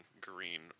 green